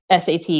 SAT